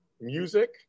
music